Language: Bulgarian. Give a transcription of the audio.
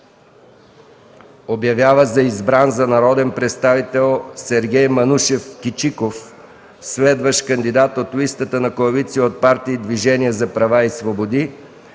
Обявява за избран за народен представител Сергей Манушов Кичиков, следващ кандидат от листата на КП „Движение за права и свободи”